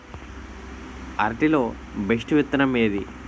అరటి లో బెస్టు విత్తనం ఏది?